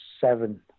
Seven